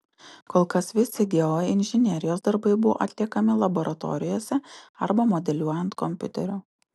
kol kas visi geoinžinerijos darbai buvo atliekami laboratorijose arba modeliuojant kompiuteriu